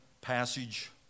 passage